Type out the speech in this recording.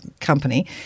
company